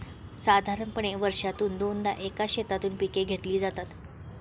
साधारणपणे वर्षातून दोनदा एकाच शेतातून पिके घेतली जातात